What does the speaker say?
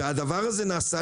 הדבר הזה נעשה,